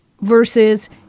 versus